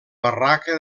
barraca